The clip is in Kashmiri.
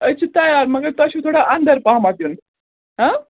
أسۍ چھِ تَیار مگر تۄہہِ چھُو تھوڑا اَنٛدَر پَہمَتھ یُن